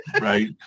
right